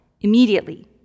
immediately